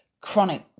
chronic